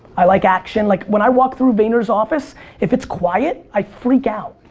i like action. like when i walk through vayner's office if it's quiet i freak out.